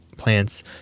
plants